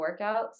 workouts